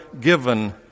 given